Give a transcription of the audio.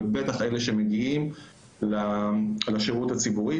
ובטח של אלה שמגיעים לשירות הציבורי.